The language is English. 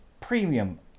premium